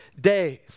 days